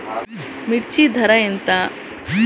మిర్చి ధర ఎంత?